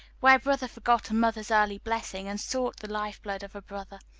where brother forgot a mother's early blessing and sought the lifeblood of brother,